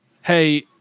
hey